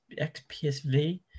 XPSV